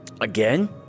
Again